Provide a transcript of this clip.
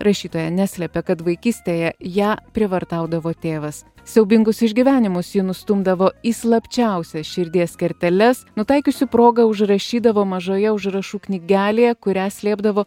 rašytoja neslepia kad vaikystėje ją prievartaudavo tėvas siaubingus išgyvenimus ji nustumdavo į slapčiausias širdies kerteles nutaikiusi progą užrašydavo mažoje užrašų knygelėje kurią slėpdavo